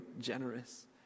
generous